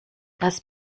das